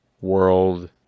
World